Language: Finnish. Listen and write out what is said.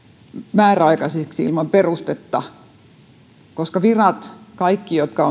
määräaikaiseksi ilman perustetta koska tietääkseni kaikkiin virkoihin jotka